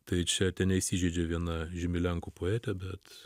tai čia teneįsižeidžia viena žymi lenkų poetė bet